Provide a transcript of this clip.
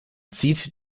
zieht